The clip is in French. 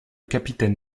capitaine